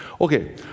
Okay